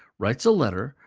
writes a letter,